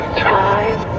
time